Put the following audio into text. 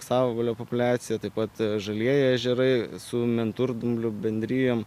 auksavabalio populiacija taip pat žalieji ežerai su menturdumblių bendrijom